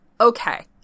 okay